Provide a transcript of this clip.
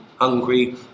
hungry